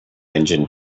engine